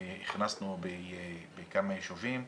שהכנסנו בכמה ישובים.